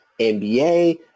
NBA